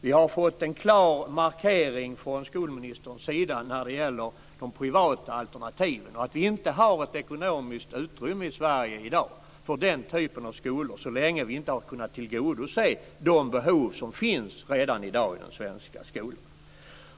Vi har fått en klar markering från skolministerns sida när det gäller de privata alternativen. Vi har inte ekonomiskt utrymme i Sverige i dag för den typen av skolor, så länge vi inte har kunnat tillgodose de behov som finns i dag i den svenska skolan.